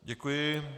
Děkuji.